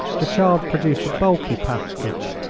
the child produced a bulky package,